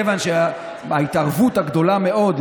כיוון שההתערבות הגדולה מאוד,